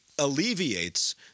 Alleviates